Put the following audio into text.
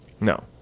No